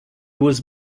was